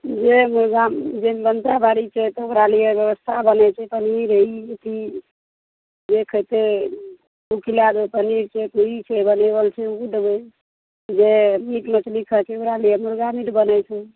जे मुरगा जे भनसाबारी छै तऽ ओकरालिए बेबस्था बनै छै पनीर हे खीर जे खएतै ओ खिलै देबै पनीर छै कोइ ई छै बनेबल छै ओ देबै जे मीट मछली खाइ छै ओकरालिए मुरगा मीट बनै छै